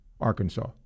Arkansas